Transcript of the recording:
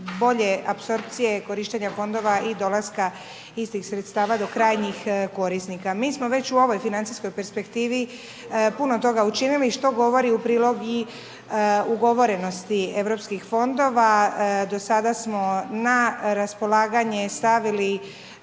bolje apsorpcije korištenja fondova i dolaska istih sredstava do krajnjih korisnika. Mi smo već u ovoj financijskoj perspektivi puno toga učinili što govori u prilog i ugovorenost europskih fondova, do sada smo na raspolaganje stavili